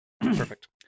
Perfect